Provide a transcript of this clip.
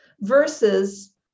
versus